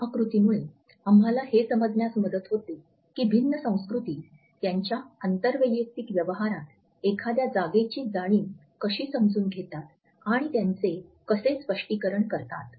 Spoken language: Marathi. या आकृतीमुळे आम्हाला हे समजण्यास मदत होते की भिन्न संस्कृती त्यांच्या आंतर वैयक्तिक व्यवहारात एखाद्या जागेची जाणीव कशी समजून घेतात आणि त्यांचे कसे स्पष्टीकरण करतात